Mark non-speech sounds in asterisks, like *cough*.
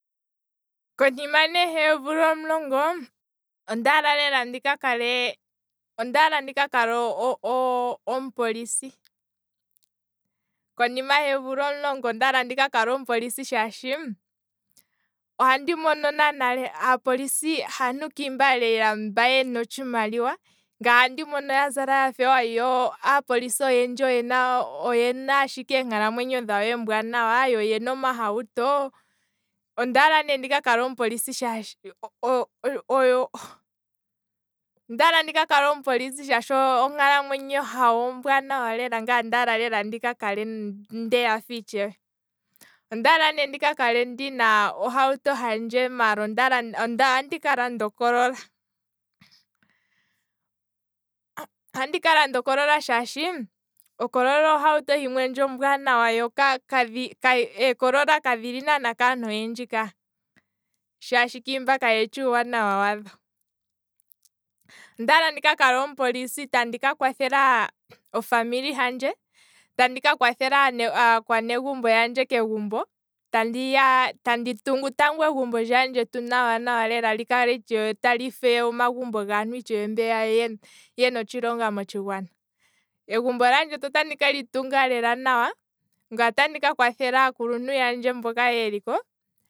Konima nee yeemvula dhili omulongo, ondaala ndika kale omupolisi, konima heemvula omulongo ondaala ndika kale omupolisi shaashi ohandi mono aapolisi haantu kiimba lela mba yena otshimaliwa, ngaye ohandi mono yazala yafewa yo oyendji oyena eenkalamwenyo dhawo eembwanawa, yo oyena omahauto ondaala ne ndika kale omupolisi shaashi *laughs* *hesitation* ondaala ndika kale omupolisi shaashi okalamwenyo hawo ombwaanawa lela ngaye ondaala ndika kale nde yafa itshewe, ondaala ne ndika kale ndina ohauto handje, maala ondaala ndika lande o corrolla *noise* andika landa ocorrolla shaashi, ocorrolla eehauto dhimwe eembwanawa shaashi, eecorrolla kadhili naana kaantu oyendji ka, shaashi kiimba kayeshi uuyelele wadho, ondaala ndika kale omupolisi tandi ka kwathela ofamily handje tandika kwathela aakwanezimo yandje kegumbo, tandi tandi tungu tango nawa nawa egumbo lyaandjetu li kale lyafa omagumbo gaantu yamwe mbeya yena otshilonga motshigwana, egumbo laandjetu otandi keli tunga lela nawa, ngaye otandi ka kwathela aakuluntu yandje mboka yeliko